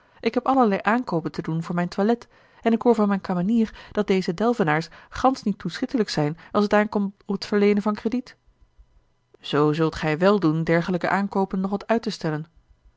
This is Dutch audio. ik heb allerlei aankoopen te doen voor mijn toilet en ik hoor van mijne kamenier dat deze delvenaars gansch niet toeschietelijk zijn als t aankomt op het verleenen van krediet zoo zult gij wel doen dergelijke aankoopen nog wat uit te stellen